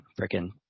freaking